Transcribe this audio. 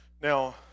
now